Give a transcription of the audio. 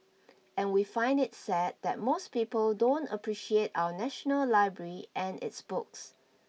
and we find it sad that most people don't appreciate our national library and its books